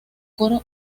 coro